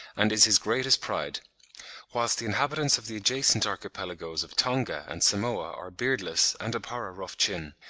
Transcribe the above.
and is his greatest pride whilst the inhabitants of the adjacent archipelagoes of tonga and samoa are beardless, and abhor a rough chin.